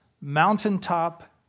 mountaintop